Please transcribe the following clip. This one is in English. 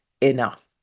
enough